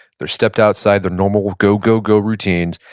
they're stepped outside their normal go-go-go routines,